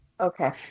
Okay